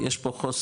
יש פה חוסר